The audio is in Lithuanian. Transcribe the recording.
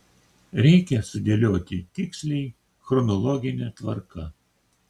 reikia sudėlioti tiksliai chronologine tvarka